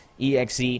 exe